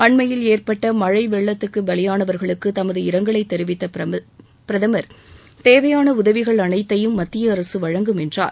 அண்மையில் ஏற்பட்ட மழை வெள்ளத்துக்கு பலியானவர்களுக்கு தமது இரங்கலை தெரிவித்த பிரதமர் தேவையான உதவிகள் அனைத்தையும் மத்திய அரசு வழங்கும் என்றார்